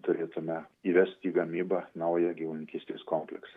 turėtume įvest į gamybą naują gyvulininkystės kompleksą